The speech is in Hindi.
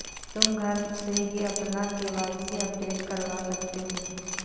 तुम घर से ही अपना के.वाई.सी अपडेट करवा सकते हो